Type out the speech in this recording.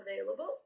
available